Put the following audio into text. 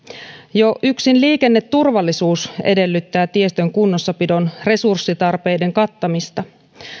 jo yksin liikenneturvallisuus edellyttää tiestön kunnossapidon resurssitarpeiden kattamista